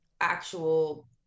actual